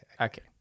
Okay